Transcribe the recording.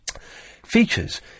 Features